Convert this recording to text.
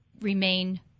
remain